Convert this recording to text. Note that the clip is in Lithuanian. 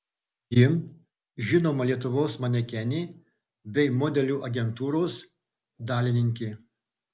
ji žinoma lietuvos manekenė bei modelių agentūros dalininkė